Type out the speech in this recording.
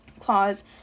Clause